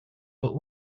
but